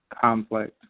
conflict